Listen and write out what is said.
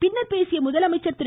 பின்னர் பேசிய முதலமைச்சர் திரு